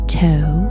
toe